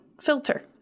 filter